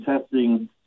testing